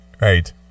Right